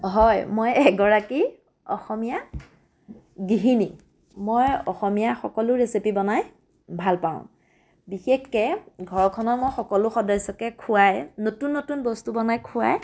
হয় মই এগৰাকী অসমীয়া গৃহিণী মই অসমীয়া সকলো ৰেচিপি বনাই ভাল পাওঁ বিশেষকৈ ঘৰখনৰ মই সকলো সদস্যকে খোৱাই নতুন নতুন বস্তু বনাই খোৱাই